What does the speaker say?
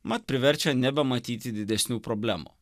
mat priverčia nebematyti didesnių problemų